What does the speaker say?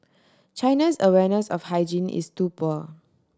China's awareness of hygiene is too poor